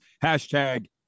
hashtag